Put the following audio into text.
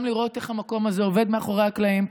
גם לראות איך המקום הזה עובד מאחורי הקלעים,